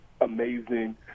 amazing